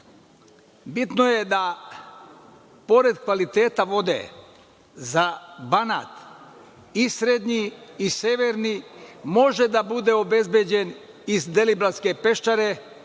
bitno je da pored kvaliteta vode za Banat, i srednji i severni, može da bude obezbeđen iz Deliblatske peščare